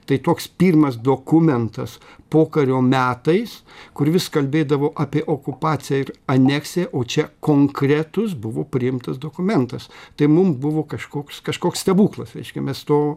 tai toks pirmas dokumentas pokario metais kur vis kalbėdavo apie okupaciją ir aneksiją o čia konkretus buvo priimtas dokumentas tai mum buvo kažkoks kažkoks stebuklas reiškia mes to